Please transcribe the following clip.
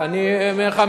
אני אומר לך,